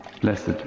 blessed